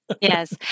Yes